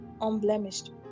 unblemished